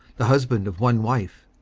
the husband of one wife,